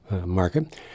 market